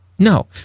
No